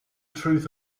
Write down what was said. truth